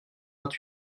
vingt